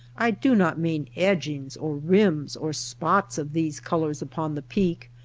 i do not mean edgings or rims or spots of these colors upon the peak,